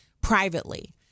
privately